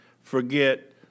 forget